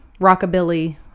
rockabilly